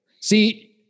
See